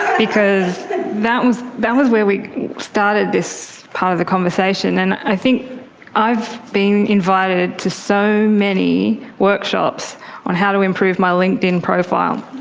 because that was that was where we started this part of the conversation, and i think i've been invited to so many workshops on how to improve my linkedin profile